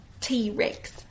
T-Rex